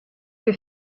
que